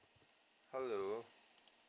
hello